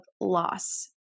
loss